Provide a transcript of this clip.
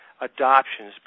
adoptions